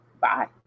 Bye